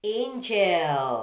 angel